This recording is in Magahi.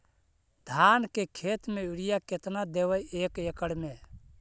धान के खेत में युरिया केतना देबै एक एकड़ में?